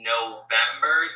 November